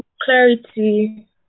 clarity